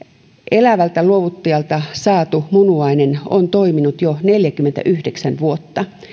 elävältä luovuttajalta saatu munuainen on toiminut jo neljäkymmentäyhdeksän vuotta